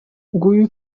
nguyu